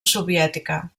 soviètica